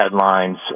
headlines